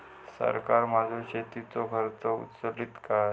सरकार माझो शेतीचो खर्च उचलीत काय?